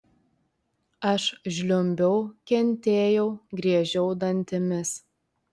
aš žliumbiau kentėjau griežiau dantimis